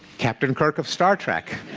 captain kirk of star trek,